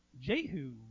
Jehu